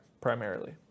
primarily